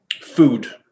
food